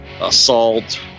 assault